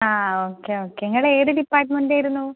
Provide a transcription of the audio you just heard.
ആ okay okay നിങ്ങളേത് ഡിപ്പാട്ട്മെൻറ്റായിരുന്നു